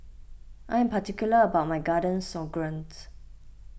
I am particular about my Garden Stroganoffs